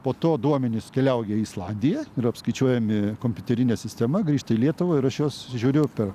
po to duomenys keliauja į islandiją ir apskaičiuojami kompiuterine sistema grįžti į lietuvą ir aš juos žiūriu per